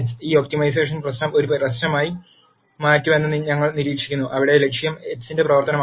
ഈ ഒപ്റ്റിമൈസേഷൻ പ്രശ്നം ഒരു പ്രശ്നമായി മാറുന്നുവെന്ന് ഞങ്ങൾ നിരീക്ഷിക്കുന്നു അവിടെ ലക്ഷ്യം x ന്റെ പ്രവർത്തനമാണ്